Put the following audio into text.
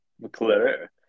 McClure